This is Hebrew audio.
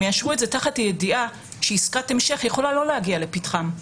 הם יאשרו את זה תחת הידיעה שעסקת המשך יכולה לא להגיע לפתחם.